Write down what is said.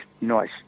nice